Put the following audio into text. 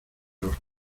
los